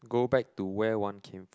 go back to where one came